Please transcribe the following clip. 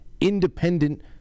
independent